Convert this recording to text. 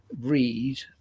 read